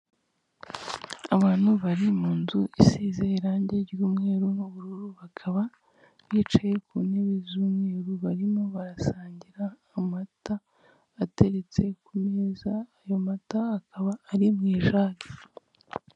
Abantu bari mu nzu isize irangi ry'umweru n'ubururu, bakaba bicaye ku ntebe z'umweru barimo barasangira amata ateretse ku meza, ayo mata akaba ari mu ijage.